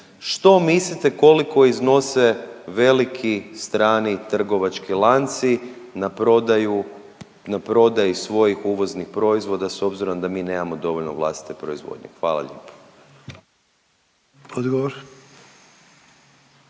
Što mislite koliko iznose veliki strani trgovački lanci na prodaju, na prodaji svojih uvoznih proizvoda s obzirom da mi nemamo dovoljno vlastite proizvodnje? Hvala lijepo.